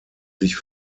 sich